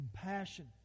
compassion